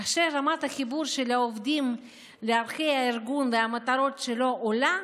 כאשר רמת החיבור של העובדים לערכי הארגון ולמטרותיו עולה,